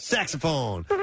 Saxophone